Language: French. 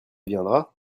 viendra